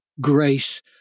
grace